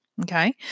Okay